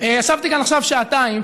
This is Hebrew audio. כאן עכשיו שעתיים